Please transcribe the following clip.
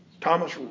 Thomas